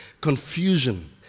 confusion